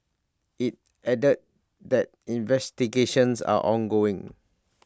IT added that investigations are ongoing